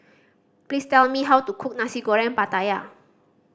please tell me how to cook Nasi Goreng Pattaya